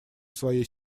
своей